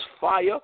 fire